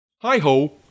Hi-ho